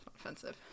offensive